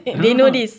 no